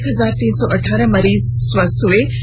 कल एक हजार तीन सौ अठारह मरीज स्वस्थ हए